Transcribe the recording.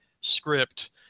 script